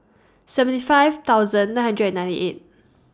seventy five thousand nine hundred and ninety eight